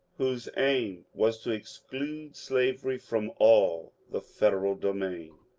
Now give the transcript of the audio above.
whose aim was to exclude slavery from all the federal domain.